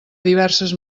diverses